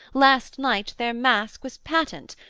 last night, their mask was patent,